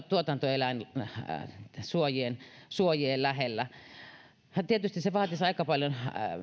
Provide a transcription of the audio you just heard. tuotantoeläinsuojien lähellä tietysti se vaatisi aika paljon